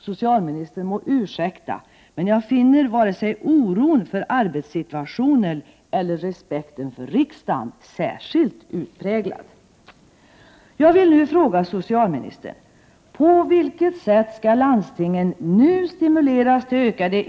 Socialministern må ursäkta, men jag finner varken oron för arbetssituationen eller respekten för riksdagen särskilt utpräglad.